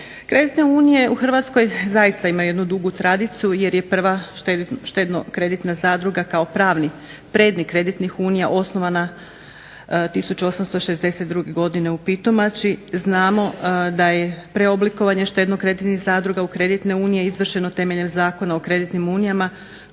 Kreditne unije u Hrvatskoj zaista imaju jednu dugu tradiciju jer je prva štedno-kreditna zadruga kao pravni prednik kreditnih unija osnovana 1862. godine u Pitomači. Znamo da je preoblikovanje štedno-kreditnih zadruga u kreditne unije izvršeno temeljem Zakona o kreditnim unijama